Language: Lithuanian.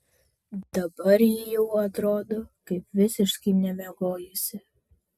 dabar ji jau atrodo kaip visiškai nemiegojusi